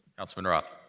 councilman roth.